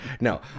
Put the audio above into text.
No